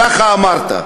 ככה אמרת.